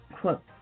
Quote